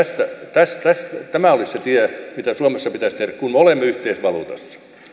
tämä olisi se tie mitä suomessa pitäisi tehdä kun olemme yhteisvaluutassa